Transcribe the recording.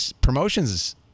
promotions